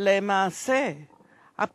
שונים לאורכה ולרוחבה של הודו.